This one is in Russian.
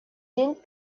день